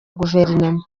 guverinoma